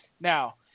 Now